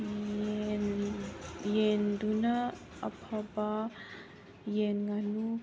ꯌꯦꯟꯗꯨꯅ ꯑꯐꯕ ꯌꯦꯟ ꯉꯥꯅꯨ